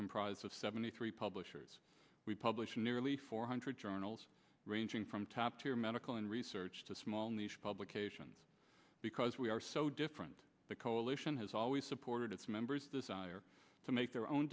comprised of seventy three publishers we publish nearly four hundred journals ranging from top tier medical and research to small nation publications because we are so different the coalition has always supported its members desire to make their own